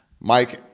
Mike